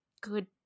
good